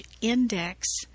index